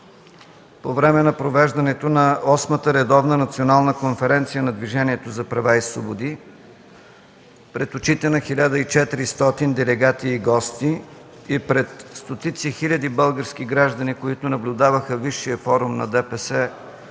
по време на провеждане на Осмата редовна национална конференция на Движението за права и свободи пред очите на 1400 делегати и гости и пред стотици хиляди български граждани, които наблюдаваха висшия форум на ДПС